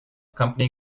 company